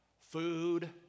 food